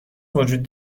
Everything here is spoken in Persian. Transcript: وجود